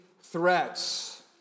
threats